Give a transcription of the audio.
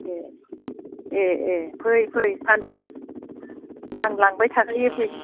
दे ए ए फै फै फानफै आं लांबाय थाखायो फै